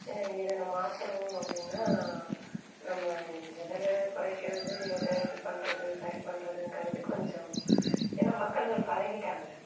இதை நம்ம மாற்றணும் அப்படின்னா நம்ம எதில் குறைக்குறது எதை இது பண்றது சரி பண்றதுங்கிறது கொஞ்சம் ஏன்னால் மக்கள்கள் பழகிட்டாங்க